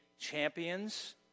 champions